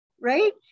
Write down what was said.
right